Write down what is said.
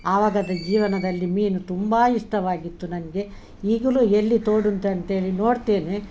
ಆವಾಗದು ಜೀವನದಲ್ಲಿ ಮೀನು ತುಂಬಾ ಇಷ್ಟವಾಗಿತ್ತು ನನಗೆ ಈಗಲೂ ಎಲ್ಲಿ ತೋಡುಂತ ಅಂತೇಳಿ ನೋಡ್ತೇನೆ